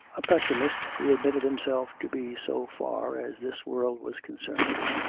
a pessimist he admitted himself to be so far as this world was concerned.